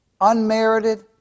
unmerited